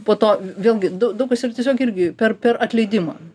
po to vėlgi dau daug kas yra tiesiog irgi per per atleidimą